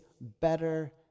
better